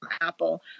Apple